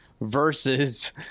versus